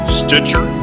stitcher